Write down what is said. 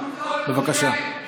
לא, לא, לא, שידבר.